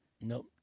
Nope